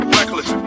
reckless